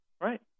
Right